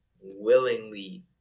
willingly